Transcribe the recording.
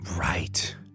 Right